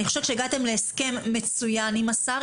אני חושבת שהגעתם להסכם מצוין עם השר.